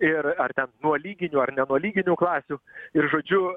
ir ar ten nuo lyginių ar ne nuo lyginių klasių ir žodžiu